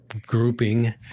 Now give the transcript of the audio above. grouping